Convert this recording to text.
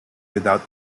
without